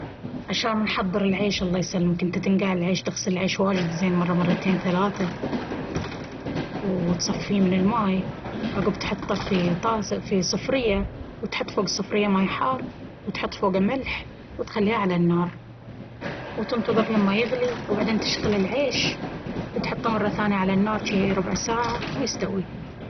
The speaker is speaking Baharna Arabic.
عشان نحضر العيش الله يسلمك انت تنقع العيش... تغسل العيش واجد زين مرة مرتين ثلاثة... وتصفيه من الماي عقب تحطه في في صفرية وتحط فوق الصفرية ماي حار وتحط فوقه ملح وتخليها على النار وتنتظر لين ما يغلي وعقب تشخل العيش وتحطه مرة ثانية على النار جي ربع ساعة ويستوي